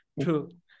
True